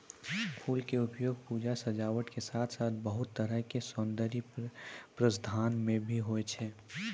फूल के उपयोग पूजा, सजावट के साथॅ साथॅ बहुत तरह के सौन्दर्य प्रसाधन मॅ भी होय छै